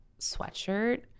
sweatshirt